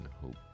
hope